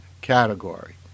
category